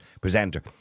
presenter